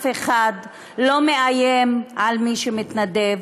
אף אחד לא מאיים על מי שמתנדב,